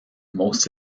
most